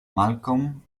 malcolm